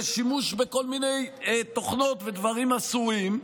ושימוש בכל מיני תוכנות ודברים אסורים.